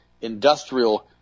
industrial